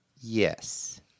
Yes